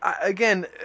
again